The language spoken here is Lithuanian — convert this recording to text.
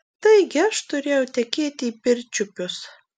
taigi aš turėjau tekėti į pirčiupius